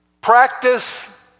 Practice